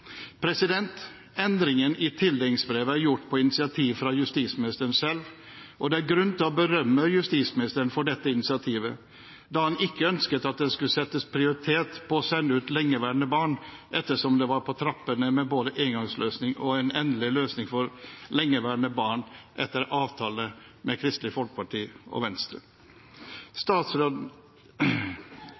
Endringen i tildelingsbrevet er gjort på initiativ fra justisministeren selv, og det er grunn til å berømme justisministeren for dette initiativet, da en ikke ønsket at det skulle settes prioritet på å sende ut lengeværende barn, ettersom det var på trappene med både en engangsløsning og en endelig løsning for lengeværende barn, etter avtale med Kristelig Folkeparti og Venstre.